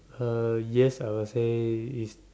uh yes I will say it's